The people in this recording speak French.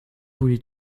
voulais